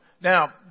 Now